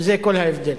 וזה כל ההבדל.